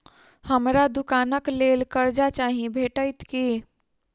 हमरा दुकानक लेल कर्जा चाहि भेटइत की?